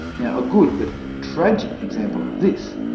yeah a good, but tragic, example of this,